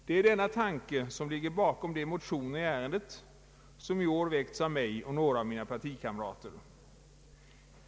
Det är denna tanke som ligger bakom de motioner i ärendet som i år har väckts av mig och några av mina partikamrater.